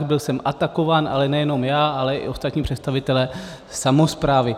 Byl jsem atakován, ale nejenom já, ale i ostatní představitelé samosprávy.